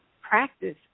practice